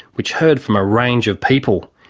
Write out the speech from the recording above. which heard from a range of people,